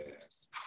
Yes